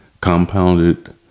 compounded